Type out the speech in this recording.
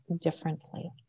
differently